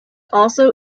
also